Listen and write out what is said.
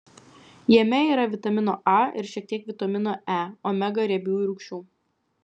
jame yra vitamino a ir šiek tiek vitamino e omega riebiųjų rūgščių